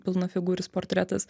pilnafigūris portretas